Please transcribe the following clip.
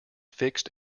fixed